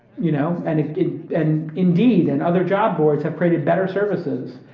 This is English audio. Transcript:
you know. and ah and indeed, and other job boards have created better services.